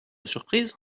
surprise